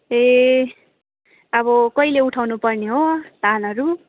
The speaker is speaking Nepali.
ए अब कहिले उठाउनु पर्ने हो धानहरू